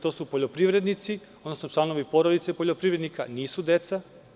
To su poljoprivrednici, odnosno članovi porodica poljoprivredna, nisu deca.